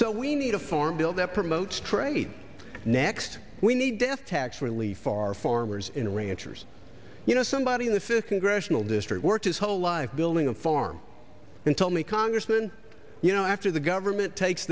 so we need a farm bill that promotes trade next we need to have tax relief our farmers in ranchers you know somebody in this is a congressional district worked his whole life building a farm and told me congressman you know after the government takes